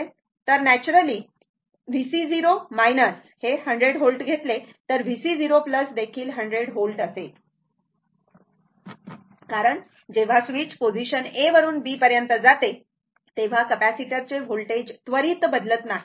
तर naturally VC0 100 V घेतले तर VC0 देखील 100 V असेलकारण जेव्हा स्विच पोझीशन A वरून B पर्यंत जाते तेव्हा कॅपेसिटरचे होल्टेज त्वरित बदलत नाही